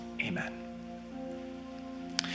Amen